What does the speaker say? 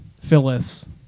Phyllis